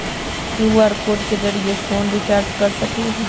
QR code के जरिय phone recharge कर सकली ह?